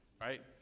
right